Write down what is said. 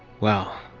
well.